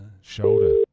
shoulder